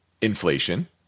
inflation